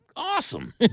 Awesome